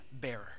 bearer